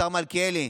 השר מלכיאלי,